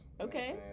okay